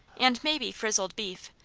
and maybe frizzled beef,